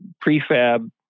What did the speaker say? prefab